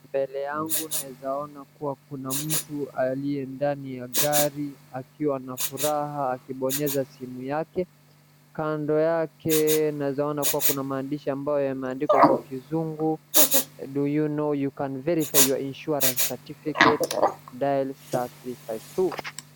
Mbele yangu naweza ona kuwa kuna mtu aliye ndani ya gari akiwa na furaha akibonyeza simu yake. Kando yake naweza ona kuwa kuna maandishi yameandikwa kwa kizungu Do you know you can verify your insuarance certificate dial star three five two .